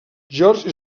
george